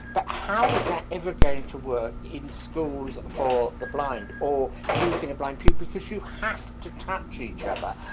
but how is that every going to work in schools for the blind or using a blind pupil, because you have to touch each other?